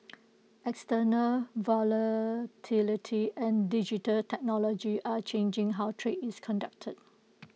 external volatility and digital technology are changing how trade is conducted